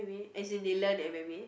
as in they learn and memory